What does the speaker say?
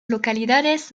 localidades